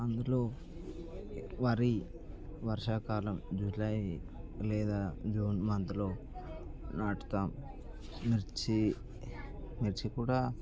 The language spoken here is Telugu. వరి వర్షాకాలం జులై లేదా జూన్ మంత్లో నాటుతాం మిర్చీ మిర్చి కూడా